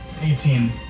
eighteen